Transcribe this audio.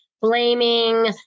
blaming